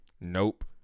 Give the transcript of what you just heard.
Nope